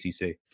ACC